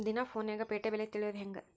ದಿನಾ ಫೋನ್ಯಾಗ್ ಪೇಟೆ ಬೆಲೆ ತಿಳಿಯೋದ್ ಹೆಂಗ್?